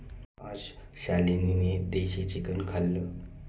आज शालिनीने देशी चिकन खाल्लं